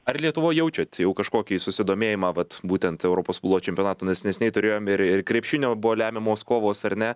ar lietuvoj jaučiat jau kažkokį susidomėjimą vat būtent europos futbolo čempionatu nes neseniai turėjom ir ir krepšinio buvo lemiamos kovos ar ne